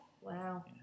wow